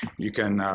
you can